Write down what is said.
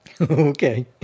Okay